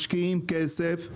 משקיעים כסף.